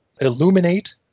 illuminate